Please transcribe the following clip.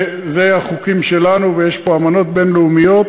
וזה החוקים שלנו, ויש פה אמנות בין-לאומיות